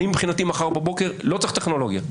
מבחינתי מחר בבוקר לא צריך טכנולוגיה,